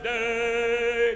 day